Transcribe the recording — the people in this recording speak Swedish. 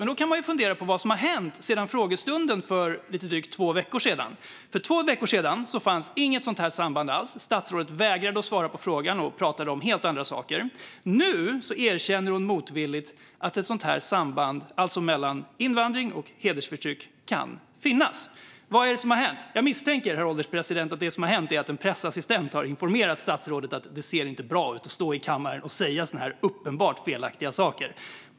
Men då kan man fundera på vad som har hänt sedan frågestunden för lite drygt två veckor sedan. För två veckor sedan fanns inget sådant här samband alls. Statsrådet vägrade att svara på frågan och pratade om helt andra saker. Nu erkänner hon motvilligt att ett sådant här samband, alltså mellan invandring och hedersförtryck, kan finnas. Vad är det som har hänt? Jag misstänker, herr ålderspresident, att det som har hänt är att en pressassistent har informerat statsrådet om att det inte ser bra ut att stå i kammaren och säga sådana här uppenbart felaktiga saker.